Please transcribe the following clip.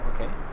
Okay